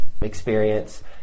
experience